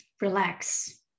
relax